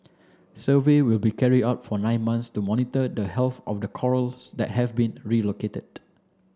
survey will be carried out for nine months to monitor the health of the corals that have been relocated